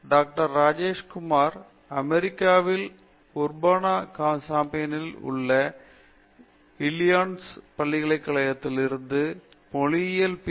doctor Rajesh Kumar அமெரிக்காவில் Urbana சாம்பியனில் உள்ள இல்லினாய்ஸ் பல்கலைக் கழகத்தில் இருந்து மொழியியலில் பி